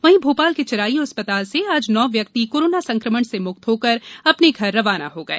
वहीं भोपाल के चिराय् अस्पताल से आज नौ व्यक्ति कोरोना संक्रमण से म्क्त होकर अपने घर रवाना हो गए